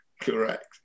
correct